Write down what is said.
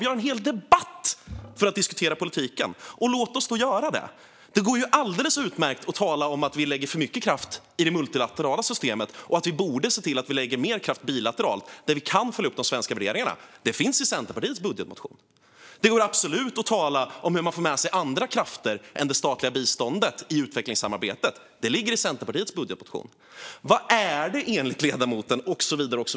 Vi har en hel debatt för att diskutera politiken. Låt oss då göra det! Det går alldeles utmärkt att tala om att vi lägger för mycket kraft i det multilaterala systemet och att vi borde se till att vi lägger mer kraft bilateralt, där vi kan följa upp de svenska värderingarna. Detta finns i Centerpartiets budgetmotion. Det går absolut att tala om hur man får med sig andra krafter än det statliga biståndet i utvecklingssamarbetet. Detta finns också i Centerpartiets budgetmotion - och så vidare.